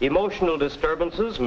emotional disturbances